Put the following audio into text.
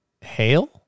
hail